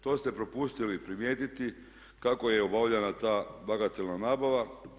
To ste propustili primijetiti kako je obavljena ta bagatelna nabava.